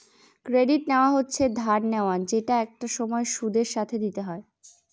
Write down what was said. credit নেওয়া হচ্ছে ধার নেওয়া যেটা একটা সময় সুদের সাথে দিতে হয়